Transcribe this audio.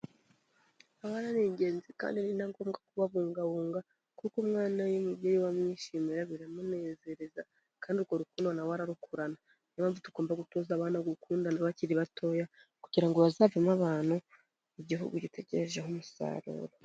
Abana ni ingenzi kandi ni na ngombwa kubabungabunga, kuko umwana iyo umubyeyi we amwishimira biramunezereza, kandi urwo rukundo na we ararukurana. Ni yo mpamvu tugomba gutoza abana gukundana bakiri batoya, kugira ngo bazavemo abantu, igihugu gitegerejeho umusaruro.